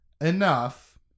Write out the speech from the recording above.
enough